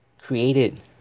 created